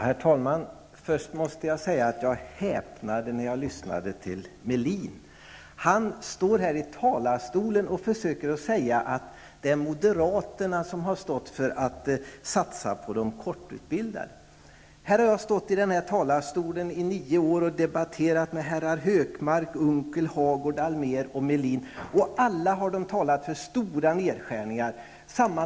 Herr talman! Först måste jag säga att jag häpnade när jag lyssnade till Ulf Melin. Han försöker säga att det är moderaterna som har stått för att satsa på de kortutbildade. Jag har i nio år debatterat med herrar Hökmark, Unckel, Hagård, Allmér och Melin, och alla har de talat för stora nedskärningar.